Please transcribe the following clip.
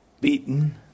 beaten